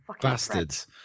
bastards